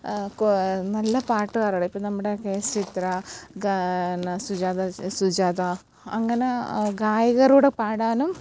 കോ നല്ല പാട്ടുകാരുടെ ഇപ്പോള് നമ്മുടെ കെ എസ് ചിത്ര ഗാ സുജാത സുജാത അങ്ങനെ ഗായകരൂടെ പാടാനും